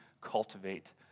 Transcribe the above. cultivate